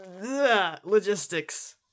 logistics